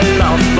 love